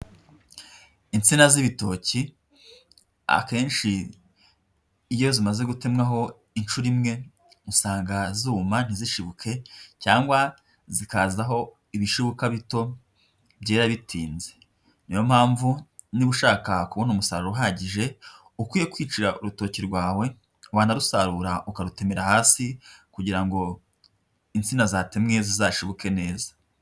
Itsina z'ibitoki akenshi iyo zimaze gutemwaho inshuro imwe usanga zuma ntizishibuke cyangwa zikazaho ibishibuka bito byera bitinze, niyo mpamvu niba ushaka kubona umusaruro uhagije ukwiye kwicira urutoki rwawe, wanarusarura ukarutemera hasi kugira ngo insina zatemwe zizashibuke neza.